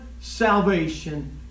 salvation